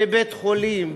בבית-חולים,